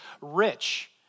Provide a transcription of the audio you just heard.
rich